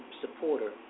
supporter